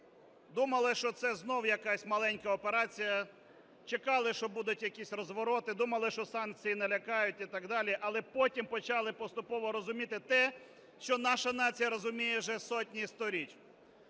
думали, що це знову якась маленька операція, чекали, що будуть якісь розвороти, думали, що санкції налякають і так далі, але потім почали поступово розуміти те, що наша нація розуміє вже сотні сторіч,